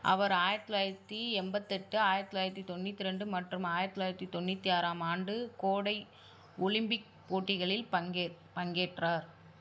அவர் ஆயிரத்தி தொள்ளாயிரத்தி எண்பத்தெட்டு ஆயிரத்தி தொள்ளாயிரத்தி தொண்ணூற்றி ரெண்டு மற்றும் ஆயிரத்தி தொள்ளாயிரத்தி தொண்ணூற்றி ஆறாம் ஆண்டு கோடை ஒலிம்பிக் போட்டிகளில் பங்கே பங்கேற்றார்